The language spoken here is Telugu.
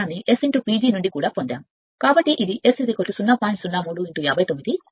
03 59